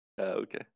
Okay